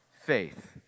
faith